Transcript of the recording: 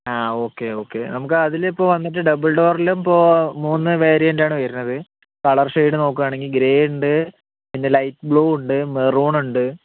ആ okay okay നമുക്ക് അതിലിപ്പോൾ വന്നിട്ട് ഡബിൾ ഡോറിൽ ഇപ്പോൾ മൂന്ന് വേരിയൻ്റ് ആണ് വരുന്നത് കളർ ഷെയ്ഡ് നോക്കുകയാണെങ്കിൽ ഗ്രേയ് ഉണ്ട് പിന്നെ ലൈറ്റ് ബ്ലൂ ഉണ്ട് മറൂൺ ഉണ്ട്